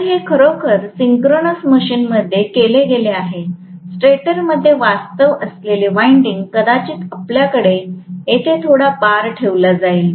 तर हे खरोखर सिंक्रोनस मशीनमध्ये केले गेले आहे स्टेटरमध्ये वास्तव्य असलेले वाइंडिंग कदाचित आपल्याकडे येथे थोडा बार ठेवला जाईल